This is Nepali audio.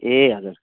ए हजुर